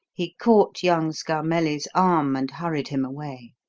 he caught young scarmelli's arm and hurried him away.